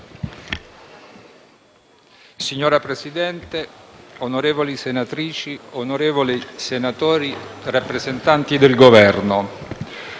Signor Presidente, onorevoli senatrici e senatori, rappresentanti del Governo,